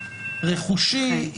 רכושי,